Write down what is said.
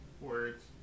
Words